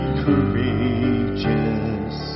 courageous